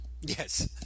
Yes